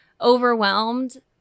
overwhelmed